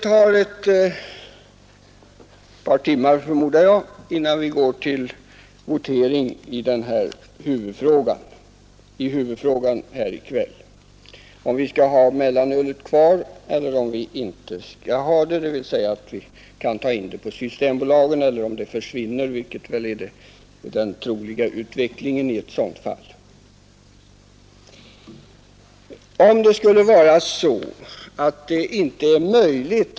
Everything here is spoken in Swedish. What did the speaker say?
Om ett par timmar skall vi gå till votering i huvudfrågan som gäller om vi skall ha mellanölet kvar eller inte.